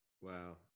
Wow